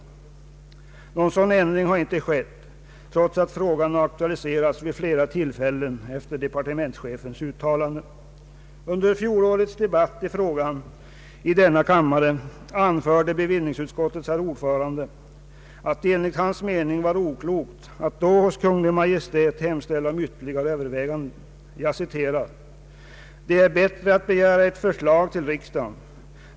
Någon sådan ändring har inte skett, trots att frågan aktualiserats vid flera tillfällen efter departementschefens uttalande. Under fjolårets debatt i frågan i denna kammare anförde bevillningsutskottets herr ordförande, att det enligt hans mening var oklokt att då hos Kungl. Maj:t hemställa om ytterligare överväganden: ”Det är bättre att begära ett förslag till riksdagen.